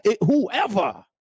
Whoever